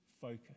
focus